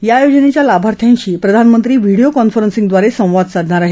या योजनेच्या लाभार्थ्यांशी प्रधानमंत्री व्हिडीओ कॉन्फरन्सिंगद्वारे संवाद साधणार आहेत